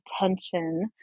attention